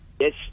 Yes